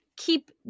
keep